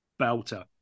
belter